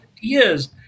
years